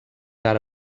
ara